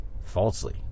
falsely